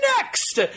next